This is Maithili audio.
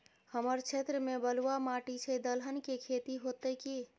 हमर क्षेत्र में बलुआ माटी छै, दलहन के खेती होतै कि?